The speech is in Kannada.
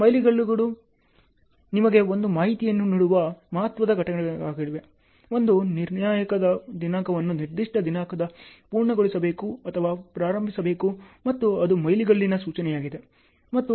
ಮೈಲಿಗಲ್ಲುಗಳು ನಿಮಗೆ ಒಂದು ಮಾಹಿತಿಯನ್ನು ನೀಡುವ ಮಹತ್ವದ ಘಟನೆಗಳಾಗಿವೆ ಒಂದು ನಿರ್ಣಾಯಕ ದಿನಾಂಕವನ್ನು ನಿರ್ದಿಷ್ಟ ದಿನಾಂಕದಂದು ಪೂರ್ಣಗೊಳಿಸಬೇಕು ಅಥವಾ ಪ್ರಾರಂಭಿಸಬೇಕು ಮತ್ತು ಅದು ಮೈಲಿಗಲ್ಲಿನ ಸೂಚನೆಯಾಗಿದೆ